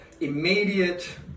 immediate